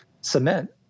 cement